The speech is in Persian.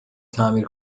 تعمیر